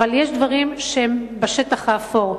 אבל יש דברים שהם בשטח האפור,